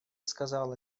сказала